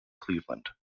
cleveland